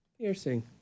piercing